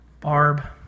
Barb